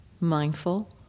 mindful